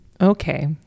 Okay